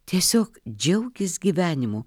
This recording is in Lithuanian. tiesiog džiaukis gyvenimu